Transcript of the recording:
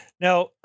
Now